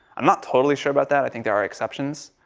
i'm not totally sure about that. i think there are exceptions.